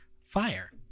fire